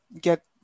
get